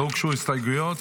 הוגשו הסתייגויות.